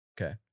Okay